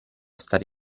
stare